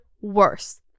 worse